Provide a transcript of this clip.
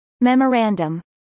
Memorandum